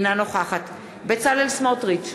אינה נוכחת בצלאל סמוטריץ,